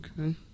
okay